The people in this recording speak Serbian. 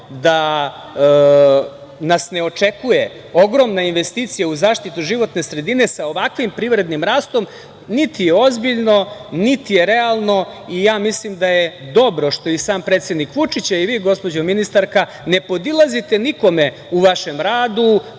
da nas ne očekuje ogromna investicija u zaštitu životne sredine sa ovakvim privrednim rastom nije je ozbiljno, niti je realno i ja mislim da je dobro što i sam predsednik Vučić, a i vi, gospođo ministarka, ne podilazite nikome u vašem radu,